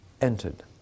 entered